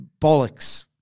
bollocks